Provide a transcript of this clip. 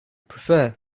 prefer